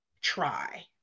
try